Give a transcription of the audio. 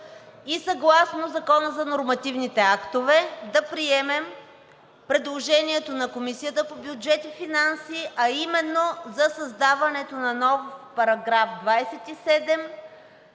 и съгласно Закона за нормативните актове да приемем предложението на Комисията по бюджет и финанси, а именно за създаването на нов параграф 27,